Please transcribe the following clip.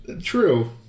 True